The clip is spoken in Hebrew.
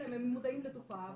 הם מודעים לתופעה,